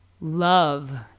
love